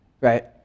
right